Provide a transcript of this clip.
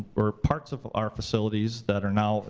or parts of our facilities that are now,